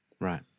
Right